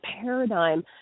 paradigm